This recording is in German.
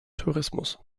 tourismus